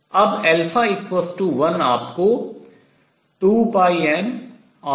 अब 1 आपको 2πm0